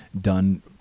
done